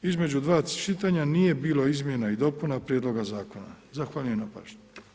Između dva čitanja nije bilo izmjena i dopuna prijedloga zakona Zahvaljujem na pažnji.